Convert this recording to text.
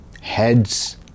heads